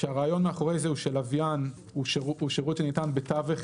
כשהרעיון מאחורי זה הוא שלווין הוא שירות שניתן בתווך